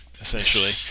Essentially